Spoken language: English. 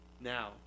now